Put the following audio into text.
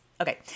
Okay